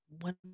One